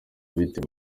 biteye